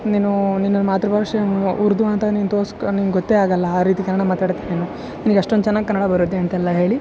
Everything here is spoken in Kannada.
ನೀನು ನಿನ್ನ ಮಾತೃ ಭಾಷೆ ಉರ್ದು ಅಂತ ನೀನು ತೋರ್ಸ್ಕ ನಿಂಗೆ ಗೊತ್ತೆ ಆಗಲ್ಲ ಆ ರೀತಿ ಕನ್ನಡ ಮಾತಾಡ್ತ್ಯಾ ನೀನು ನಿನಗೆ ಅಷ್ಟೊಂದು ಚೆನ್ನಾಗಿ ಕನ್ನಡ ಬರುತ್ತೆ ಅಂತೆಲ್ಲ ಹೇಳಿ